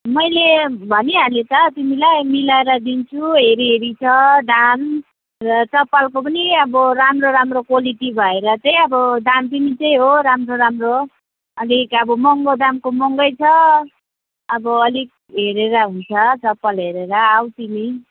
मैले भनिहालेँ त तिमीलाई मिलाएर दिन्छु हेरी हेरी छ दाम र चप्पलको पनि अब राम्रो राम्रो क्वालिटी भएर चाहिँ अब दाम पनि त्यही हो राम्रो राम्रो अलिक अब महँगो दामको महँगो छ अब अलिक हेरेर हुन्छ चप्पल हेरेर आऊ तिमी